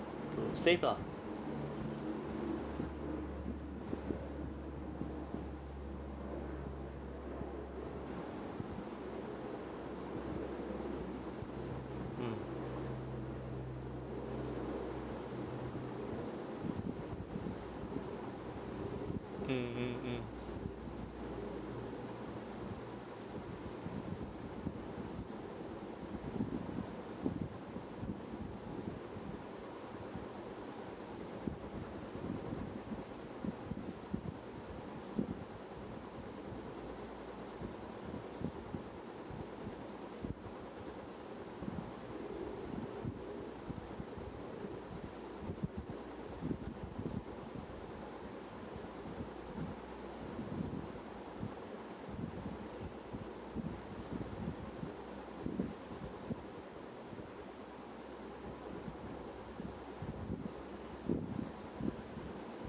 to save ah mm mm mm mm